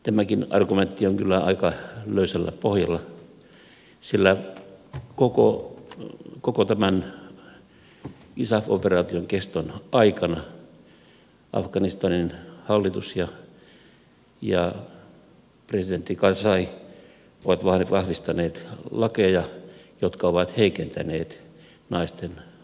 tämäkin argumentti on kyllä aika löysällä pohjalla sillä koko tämän isaf operaation keston aikana afganistanin hallitus ja presidentti karzai ovat vahvistaneet lakeja jotka ovat heikentäneet naisten asemaa